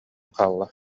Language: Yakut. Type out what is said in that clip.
хаалла